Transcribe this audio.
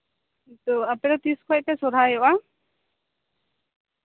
ᱛᱚ ᱟᱯᱮ ᱛᱤᱥ ᱠᱷᱚᱡ ᱯᱮ ᱥᱚᱨᱦᱟᱭᱚᱜᱼᱟ